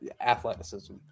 athleticism